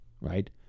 right